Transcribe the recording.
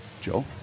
Joe